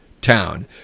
town